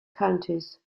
counties